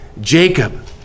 Jacob